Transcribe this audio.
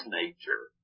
nature